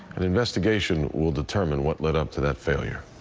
an investigation will determine what led up to that failure.